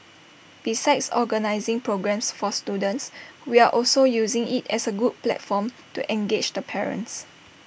besides organising programmes for students we are also using IT as A good platform to engage the parents